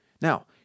Now